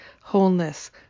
wholeness